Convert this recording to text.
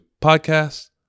podcast